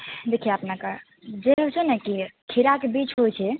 देखिए अपनाके खीराके बीच होइ छै